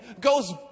goes